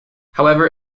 however